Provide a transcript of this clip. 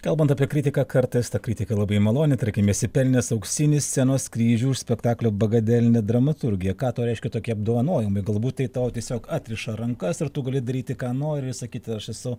kalbant apie kritiką kartais ta kritika labai maloni tarkim esi pelnęs auksinį scenos kryžių už spektaklio bagadelinė dramaturgiją ką tau reiškia tokie apdovanojimai galbūt tai tavo tiesiog atriša rankas ir tu gali daryti ką nori sakyti aš esu